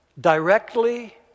directly